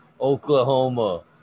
Oklahoma